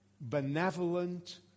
benevolent